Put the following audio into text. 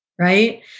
right